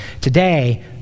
Today